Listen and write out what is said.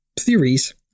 theories